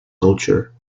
culture